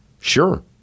sure